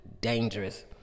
dangerous